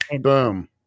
boom